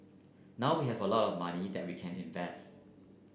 now we have a lot of money that we can invests